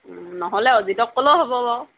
নহ'লে অজিতক ক'লেও হ'ব বাৰু